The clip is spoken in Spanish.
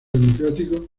democrático